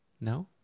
no